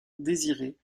désiré